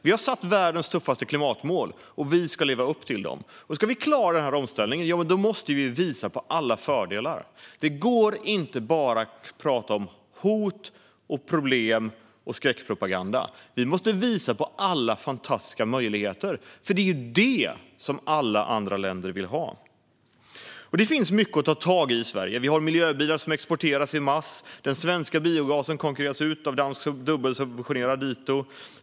Vi har satt världens tuffaste klimatmål, och vi ska leva upp till dem. Ska vi klara denna omställning måste vi visa på alla fördelar. Det går inte att bara tala om hot och problem och ägna sig åt skräckpropaganda. Vi måste visa på alla fantastiska möjligheter. Det är det alla andra länder vill ha. Det finns mycket mer att ta tag i här i Sverige. Vi har miljöbilar som exporteras en masse. Den svenska biogasen konkurreras ut av dubbelsubventionerad dansk dito.